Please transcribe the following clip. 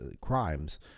crimes